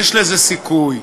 יש לזה סיכוי.